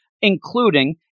including